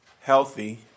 healthy